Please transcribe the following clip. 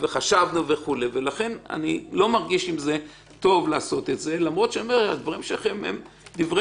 לכן אני אומר - בואו, כדי שיישאר לנו המדרג הסביר